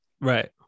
Right